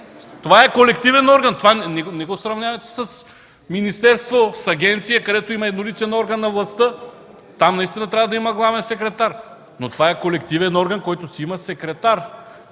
Това е колективен орган. Не го сравнявайте с министерство, с агенция, където има едноличен орган на властта. Там наистина трябва да има главен секретар, но това е колективен орган, който си има секретар.